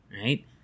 right